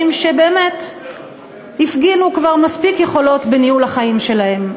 שבאמת הפגינו כבר מספיק יכולות בניהול החיים שלהם.